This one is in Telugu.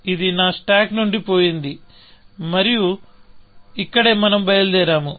ఇది నా స్టాక్ నుండి పోయింది మరియు ఇక్కడే మనం బయలుదేరాము